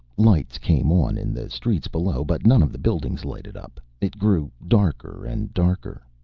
lights came on in the streets below, but none of the buildings lighted up. it grew darker and darker.